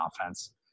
offense